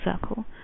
Circle